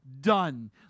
done